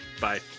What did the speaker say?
Bye